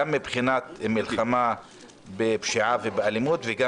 גם מבחינת מלחמה בפשיעה ובאלימות וגם